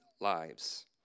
lives